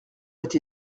été